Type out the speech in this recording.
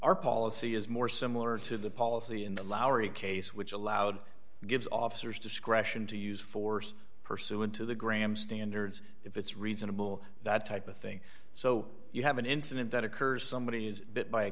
our policy is more similar to the policy in the lowry case which allowed gives officers discretion to use force pursuant to the graham standards if it's reasonable that type of thing so you have an incident that occurs somebody is bit by a